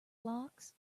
blocks